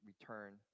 return